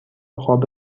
قاب